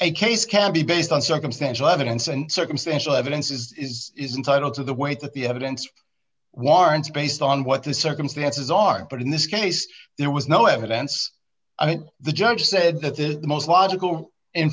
a case can be based on circumstantial evidence and circumstantial evidence is is entitle to the weight that the evidence warrants based on what the circumstances are but in this case there was no evidence i think the judge said that the most logical in